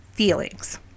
feelings